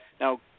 Now